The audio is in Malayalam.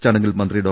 ചടങ്ങിൽ മന്ത്രി ഡോ